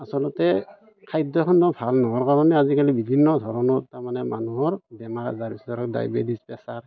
আচলতে খাদ্যখিনিও ভাল নোহোৱাৰ কাৰণে আজিকালি বিভিন্ন ধৰণৰ তাৰমানে মানুহৰ বেমাৰ আজাৰ ধৰক ডায়েবেটিছ প্ৰেছাৰ